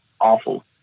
awful